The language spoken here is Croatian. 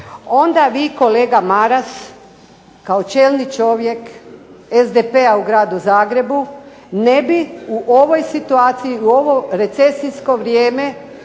onda vi kolega Maras kao čelni čovjek SDP-a u gradu Zagrebu, ne bi u ovoj situaciji i u ovo recesijsko vrijeme